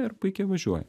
ir puikiai važiuoja